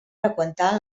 freqüentar